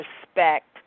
respect